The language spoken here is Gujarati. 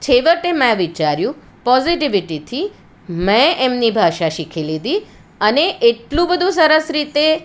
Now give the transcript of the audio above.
છેવટે મેં વિચાર્યું પોઝિટીવીટીથી મેં એમની ભાષા શીખી લીધી અને એટલું બધું સરસ રીતે